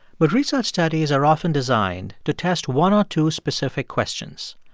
but research studies are often designed to test one or two specific questions.